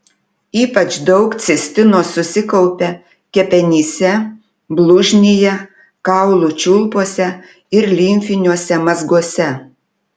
ypač daug cistino susikaupia kepenyse blužnyje kaulų čiulpuose ir limfiniuose mazguose